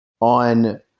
on